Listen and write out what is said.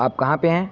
آپ کہاں پہ ہیں